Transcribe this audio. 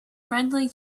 friendly